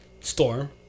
Storm